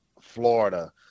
Florida